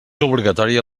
obligatòria